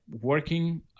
working